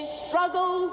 struggle